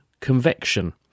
convection